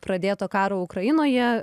pradėto karo ukrainoje